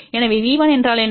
எனவே V1என்றால்என்ன